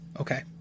Okay